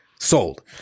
Sold